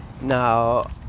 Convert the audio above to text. Now